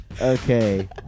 Okay